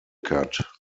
cut